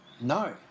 No